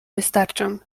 wystarczą